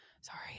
Sorry